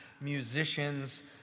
musicians